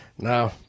Now